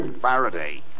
Faraday